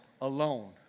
alone